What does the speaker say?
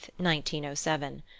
1907